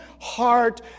heart